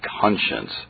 conscience